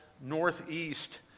northeast